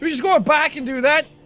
we just go out back and do that?